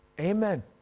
Amen